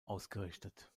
ausgerichtet